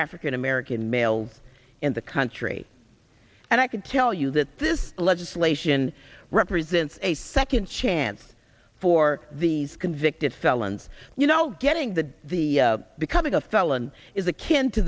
african american males in the country and i can tell you that this legislation represents a second chance for these convicted felons you know getting the the becoming a felon is akin to